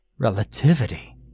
Relativity